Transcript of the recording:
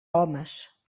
homes